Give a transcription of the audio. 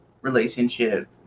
relationship